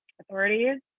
authorities